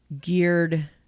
geared